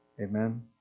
Amen